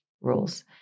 rules